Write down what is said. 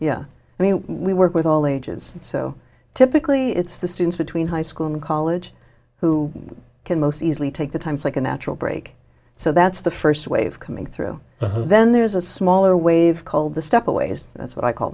yeah i mean we work with all ages so typically it's the students between high school and college who can most easily take the times like a natural break so that's the first wave coming through then there's a smaller wave called the step away is that's what i call